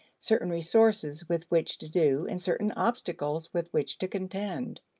certain resources with which to do, and certain obstacles with which to contend.